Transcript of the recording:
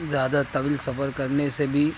زیادہ طویل سفر کرنے سے بھی